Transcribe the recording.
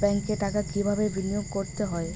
ব্যাংকে টাকা কিভাবে বিনোয়োগ করতে হয়?